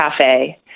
cafe